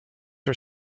are